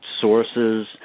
sources